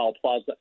Plaza